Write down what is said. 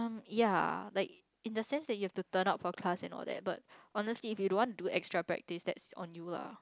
ya like in a sense that you have to turn up for class and all that but honestly if you don't want to do extra practice that's on you lah